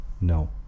no